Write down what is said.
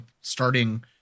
starting